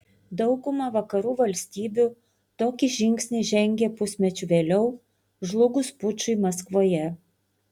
dauguma vakarų valstybių tokį žingsnį žengė pusmečiu vėliau žlugus pučui maskvoje